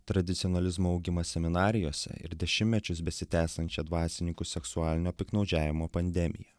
tradicionalizmo augimas seminarijose ir dešimtmečius besitęsiančią dvasininkų seksualinio piktnaudžiavimo pandemiją